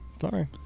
Sorry